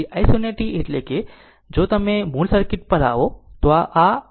તેથી i 0 t એટલે કે જો તમે મૂળ સર્કિટ પર આવો તો આ i 0 t છે